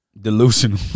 delusional